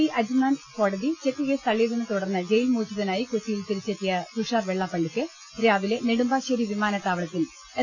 E Ajman കോടതി check case തള്ളിയതിനെ തുടർന്ന് ജയിൽമോചിതനായി കൊച്ചിയിൽ തിരിച്ചെത്തിയ തുഷാർ വെള്ളാ പ്പള്ളിക്ക് രാവിലെ നെടുമ്പാശ്ശേരി വിമാനത്താവളത്തിൽ എസ്